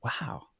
wow